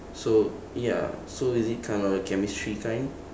so ya so is it kinda chemistry kind